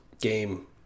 game